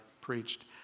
preached